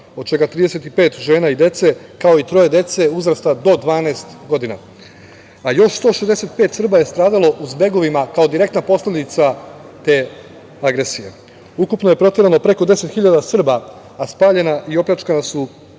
od čega 35 žena i dece, kao i troje dece uzrasta do 12 godina. Još 165 Srba je stradalo u zbegovima kao direktna posledica te agresije. Ukupno je proterano preko 10 hiljada Srba, a spaljena, opljačkana i